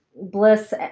Bliss